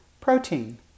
Protein